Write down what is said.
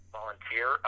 volunteer